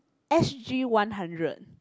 S_G one hundred